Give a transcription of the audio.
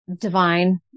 divine